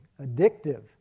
addictive